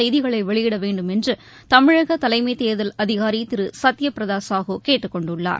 செய்திகளை வெளியிட வேண்டும் என்று தமிழக தலைமை தேர்தல் அதிகாரி திரு சத்ய பிரதா சாஹூ கேட்டுக்கொண்டுள்ளார்